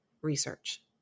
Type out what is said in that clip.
research